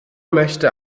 möchte